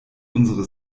unsere